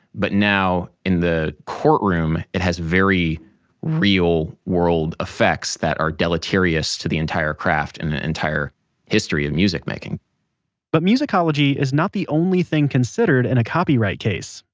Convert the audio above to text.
but now in the courtroom it has very real world effects that are deleterious to the entire craft and the entire history of music-making but musicology is not the only thing considered in a copyright case.